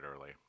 early